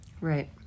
Right